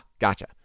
gotcha